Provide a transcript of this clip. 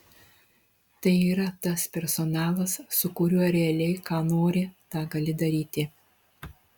tai yra tas personalas su kuriuo realiai ką nori tą gali daryti